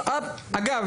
אגב,